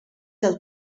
del